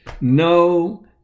No